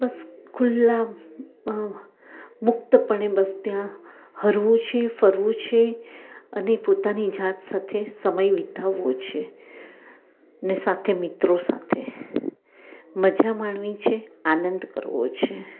બસ ખુલ્લામાં મુક્તપણે બસ ત્યાં હરવું છે ફરવું છે અને પોતાની જાત સાથે સમય વિતાવવો છે ને સાથે મિત્રો સાથે મઝા માણવી છે આનંદ કરવો છે